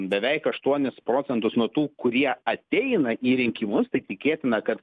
beveik aštuonis procentus nuo tų kurie ateina į rinkimus tai tikėtina kad